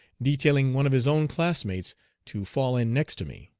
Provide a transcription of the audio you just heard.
detailing one of his own classmates to fall in next to me.